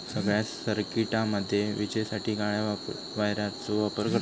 सगळ्या सर्किटामध्ये विजेसाठी काळ्या वायरचो वापर करतत